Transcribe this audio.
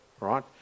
Right